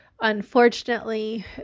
Unfortunately